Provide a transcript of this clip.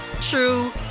true